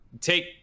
take